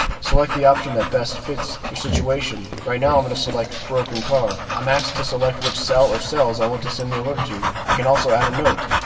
select the option that best fits your situation. right now i'm going and to select broken car. i'm asked to select which cell or cells i want to send the alert to. i can also add a note.